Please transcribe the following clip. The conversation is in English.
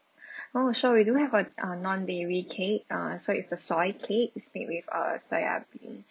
oh sure we do have a uh non dairy cake uh so it's the soy cake it's made with a soya bean